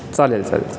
चालेल चालेल